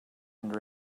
and